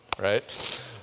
right